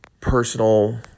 personal